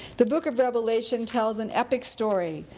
the book of revelation tells an epic story,